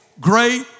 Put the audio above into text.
great